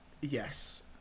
Yes